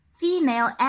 female